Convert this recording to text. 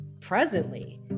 presently